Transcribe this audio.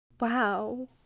Wow